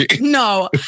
No